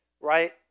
right